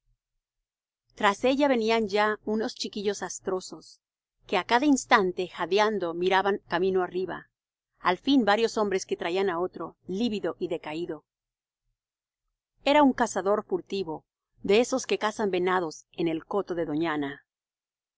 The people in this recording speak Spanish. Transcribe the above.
tras ella venían ya unos chiquillos astrosos que á cada instante jadeando miraban camino arriba al fin varios hombres que traían á otro lívido y decaído era un cazador furtivo de esos que cazan venados en el coto de doñana